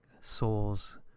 souls